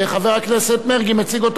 הישיבה תימשך, וברגע שאתם תסיימו,